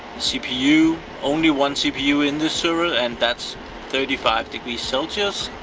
cpu. only one cpu in this server, and that's thirty five degrees celsius.